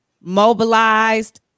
mobilized